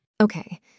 Okay